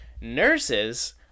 nurses